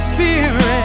Spirit